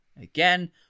Again